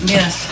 Yes